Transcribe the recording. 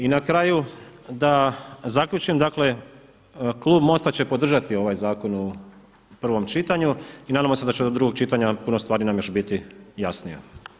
I na kraju, da zaključim, dakle klub MOST-a će podržati ovaj zakon u prvom čitanju i nadamo se da će do drugog čitanja puno stvari nam još biti jasnije.